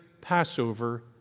Passover